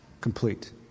Complete